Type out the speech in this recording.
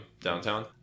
downtown